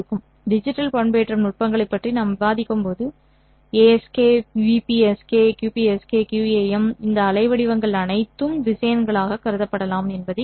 digital பண்பேற்றம் நுட்பங்களைப் பற்றி நாம் விவாதிக்கும்போது ASK BPSK QPSK QAM இந்த அலைவடிவங்கள் அனைத்தும் திசையன்களாக கருதப்படலாம் என்பதைக் காண்போம்